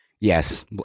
Yes